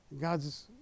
God's